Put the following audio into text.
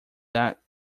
that